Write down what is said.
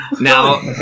Now